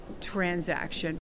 transaction